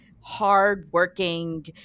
hardworking